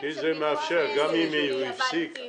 זה מאפשר גם אם הוא הפסיק שבע שנים.